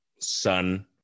sun